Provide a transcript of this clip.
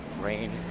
brain